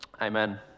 Amen